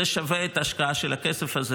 זה שווה את ההשקעה של הכסף הזה,